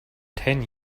ten